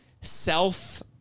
Self